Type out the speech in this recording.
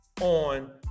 on